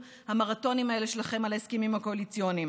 המרתוניים האלה שלכם על ההסכמים הקואליציוניים.